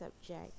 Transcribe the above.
subject